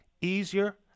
easier